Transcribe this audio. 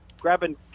grabbing